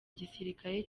gisirikare